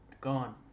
Gone